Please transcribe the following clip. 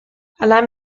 allein